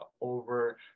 over